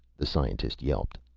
the scientist yelped.